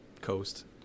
coast